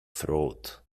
throat